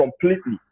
completely